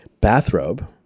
bathrobe